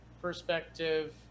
perspective